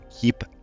keep